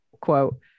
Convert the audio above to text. quote